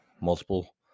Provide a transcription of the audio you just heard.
multiple